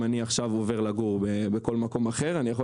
אם אני עובר לגור בכל מקום אחר אני יכול